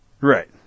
Right